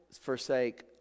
forsake